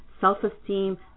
self-esteem